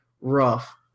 rough